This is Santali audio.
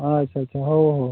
ᱟᱪᱪᱷᱟ ᱟᱪᱪᱷᱟ ᱦᱳᱭ